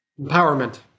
empowerment